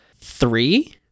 three